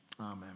Amen